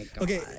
Okay